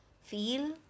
Feel